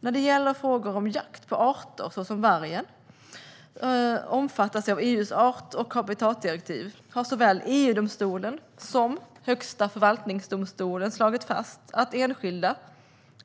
När det gäller frågor om jakt på arter som, liksom vargen, omfattas av EU:s art och habitatdirektiv har såväl EU-domstolen som Högsta förvaltningsdomstolen slagit fast att enskilda,